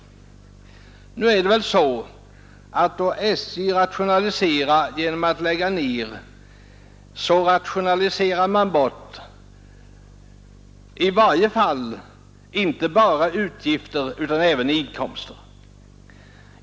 Då SJ rationaliserar genom att göra indragningar så rationaliserar man ofta bort inte bara utgifter utan även inkomster.